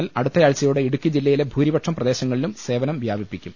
L അടുത്താഴ്ചയോടെ ഇടുക്കി ജില്ലയിലെ ഭൂരിപക്ഷം പ്രദേശങ്ങളിലും സേവനം വ്യാപിപ്പിക്കും